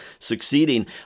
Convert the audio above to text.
succeeding